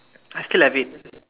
I still have it